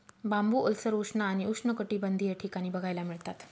बांबू ओलसर, उष्ण आणि उष्णकटिबंधीय ठिकाणी बघायला मिळतात